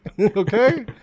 Okay